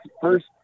first